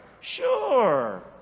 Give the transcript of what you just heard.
Sure